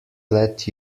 let